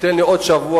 שייתן לי עוד שבוע.